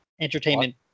Entertainment